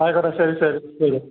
ആയിക്കോട്ടെ ശരി ശരി ശരി